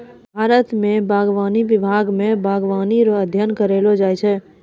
भारत मे बागवानी विभाग मे बागवानी रो अध्ययन करैलो जाय छै